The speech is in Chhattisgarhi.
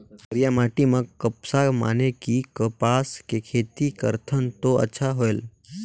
करिया माटी म कपसा माने कि कपास के खेती करथन तो अच्छा होयल?